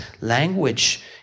language